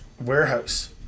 warehouse